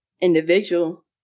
individual